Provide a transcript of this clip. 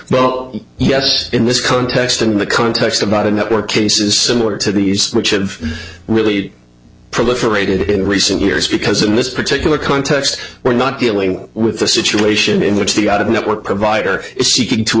well yes in this context and the context about a network case is similar to these which have really proliferated in recent years because in this particular context we're not dealing with a situation in which the out of network provider if she can to